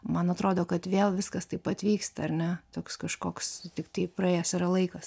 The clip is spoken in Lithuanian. man atrodo kad vėl viskas taip pat vyksta ar ne toks kažkoks tiktai praėjęs yra laikas